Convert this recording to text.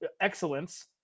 excellence –